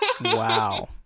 Wow